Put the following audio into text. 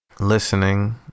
Listening